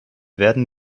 werden